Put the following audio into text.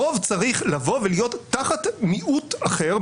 הרוב צריך לבוא ולהיות תחת מיעוט אחר,